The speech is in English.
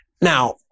now